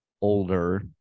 older